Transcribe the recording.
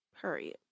Period